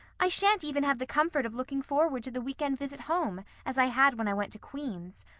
i shan't even have the comfort of looking forward to the weekend visit home, as i had when i went to queen's.